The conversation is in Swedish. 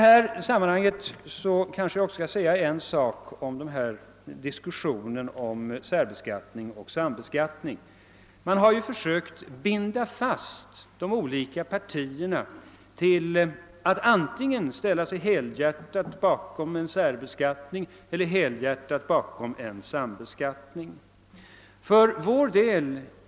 I detta sammanhang vill jag också säga något rörande diskussionen om särbeskattning och =<:sambeskattning. Man har här försökt binda fast de olika partierna till att ställa sig helhjärtat bakom antingen en särbeskattning eller en sambeskattning.